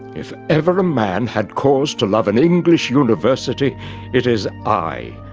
if ever a man had cause to love an english university it is i,